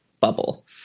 bubble